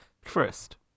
First